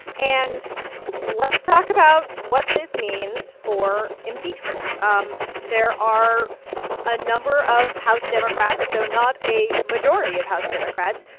and let's talk about what this means for impeachment. um there are a number of house democrats, though not a majority of house democrats,